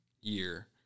year